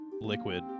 liquid